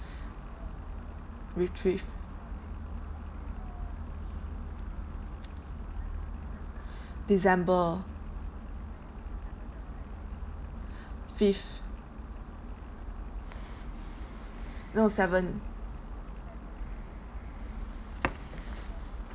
retrieved december fifth no seven